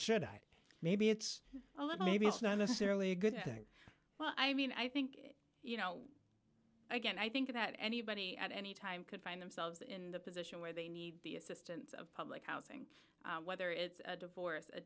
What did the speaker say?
should i maybe it's a lot maybe it's not necessarily a good thing well i mean i think you know again i think that anybody at any time could find themselves in the position where they need the assistance of public housing whether it's a divorce a